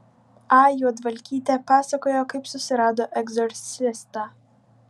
a juodvalkytė pasakojo kaip susirado egzorcistą